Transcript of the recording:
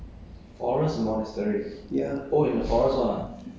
ya I went where I went is a forest monastery